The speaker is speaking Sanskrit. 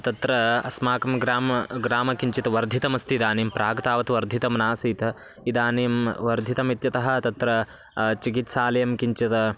तत्र अस्माकं ग्रामः ग्रामः किञ्चित् वर्धितमस्ति इदानीं प्राग् तावत् वर्धितं नासीत् इदानीं वर्धितम् इत्यतः तत्र चिकित्सालयः किञ्चिद